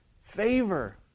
favor